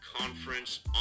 Conference